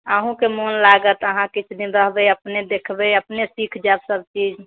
अहूँके मोन लागत अहाँ किछुदिन रहबै अपने देखबै अपने सीख जायब सबचीज